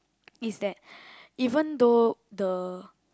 is that even though the